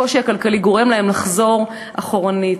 הקושי הכלכלי גורם להן לחזור אחורנית.